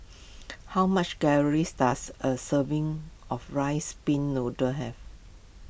how much calories does a serving of Rice Pin Noodles have